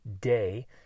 day